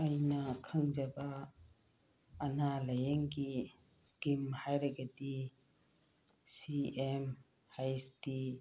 ꯑꯩꯅ ꯈꯪꯖꯕ ꯑꯅꯥ ꯂꯥꯏꯌꯦꯡꯒꯤ ꯁ꯭ꯀꯤꯝ ꯍꯥꯏꯔꯒꯗꯤ ꯁꯤ ꯑꯦꯝ ꯍꯩꯁ ꯇꯤ